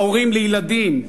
הורים לילדים,